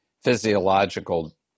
physiological